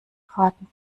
raten